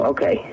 Okay